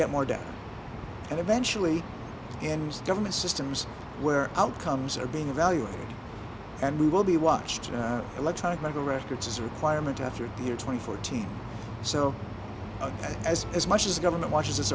get more data and eventually ends government systems where outcomes are being evaluated and we will be watched electronic medical records as a requirement after year twenty fourteen so as as much as government watches this